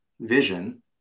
vision